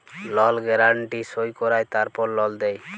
লল গ্যারান্টি সই কঁরায় তারপর লল দেই